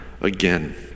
again